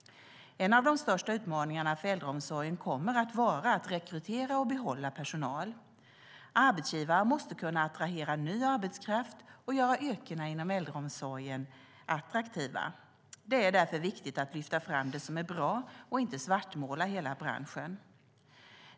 En av de största utmaningarna för äldreomsorgen kommer att vara att rekrytera och behålla personal. Arbetsgivare måste kunna attrahera ny arbetskraft och göra yrkena inom äldreomsorgen attraktiva. Det är därför viktigt att lyfta fram det som är bra och inte svartmåla hela branschen.